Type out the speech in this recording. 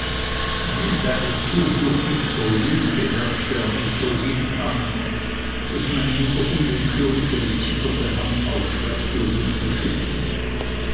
nimm deine zuflucht nicht zur lüge herrschte er mich so wild an daß meine mutter unwillkürlich ihre zitternde hand ausstreckte um mich zu schützen